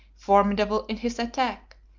formidable in his attack,